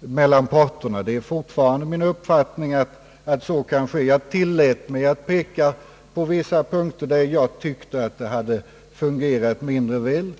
mellan parterna. Det är fortfarande min uppfattning att så kan ske. Jag tillät mig att peka på vissa punkter där jag tyckte att det hade fungerat mindre väl.